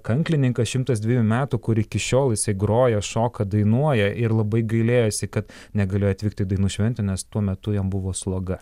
kanklininkas šimtas dvejų metų kur iki šiol jisai groja šoka dainuoja ir labai gailėjosi kad negalėjo atvykti į dainų šventę nes tuo metu jam buvo sloga